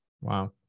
wow